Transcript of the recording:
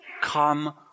Come